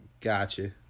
Gotcha